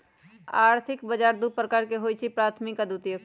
आर्थिक बजार दू प्रकार के होइ छइ प्राथमिक आऽ द्वितीयक